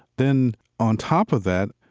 then on top of that,